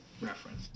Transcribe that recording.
reference